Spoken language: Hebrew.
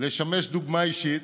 לשמש דוגמה אישית